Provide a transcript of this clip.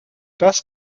das